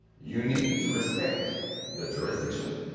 you need to respect the jurisdiction.